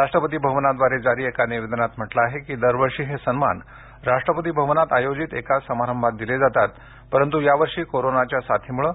राष्ट्रपती भवनाद्वारे जारी एका निवेदनात म्हटलं आहे की दरवर्षी हे सन्मान राष्ट्रपती भवनात आयोजित एका समारंभात दिले जातात परंतु यावर्षी कोरोनाच्या साथीमुळे